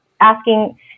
asking